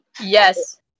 yes